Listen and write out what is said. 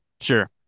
Sure